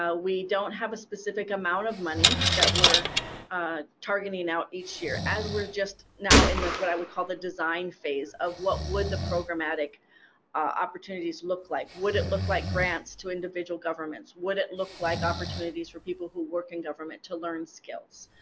we don't have a specific amount of money that we're targeting out each year, as we're just now in what i would call the design phase of what would the programmatic opportunities look like? would it look like grants to individual governments? would it look like opportunities for people who work in government to learn skills?